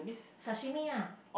sashimi ah